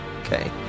Okay